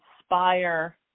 inspire